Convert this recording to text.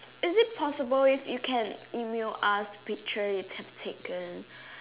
is it possible if you can email us picture you have taken